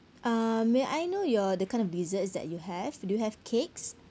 uh may I know your the kind of desserts that you have do you have cakes